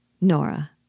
Nora